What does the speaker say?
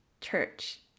church